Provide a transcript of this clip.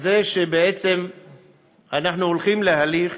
והן שבעצם אנחנו הולכים להליך